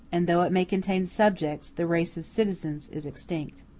and, though it may contain subjects, the race of citizens is extinct.